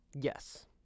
yes